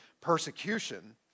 persecution